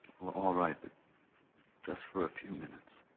alright, but just for a few minutes